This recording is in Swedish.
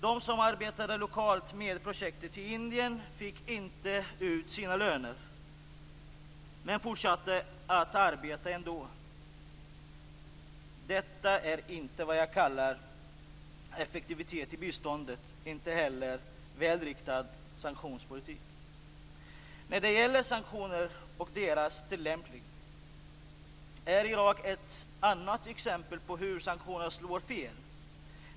De som arbetade lokalt med projektet i Indien fick inte ut sina löner men fortsatte att arbeta ändå. Detta är inte vad jag kallar effektivitet i bistånd. Inte heller är det en välriktad sanktionspolitik. När det gäller sanktioner och deras tillämpning har jag ett annat exempel på hur sanktioner slår fel.